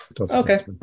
Okay